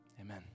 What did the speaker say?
Amen